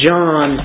John